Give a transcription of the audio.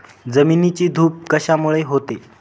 जमिनीची धूप कशामुळे होते?